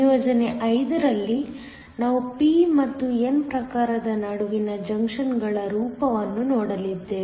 ನಿಯೋಜನೆ 5 ರಲ್ಲಿ ನಾವು p ಮತ್ತು n ಪ್ರಕಾರದ ನಡುವಿನ ಜಂಕ್ಷನ್ಗಳ ರೂಪವನ್ನು ನೋಡಲಿದ್ದೇವೆ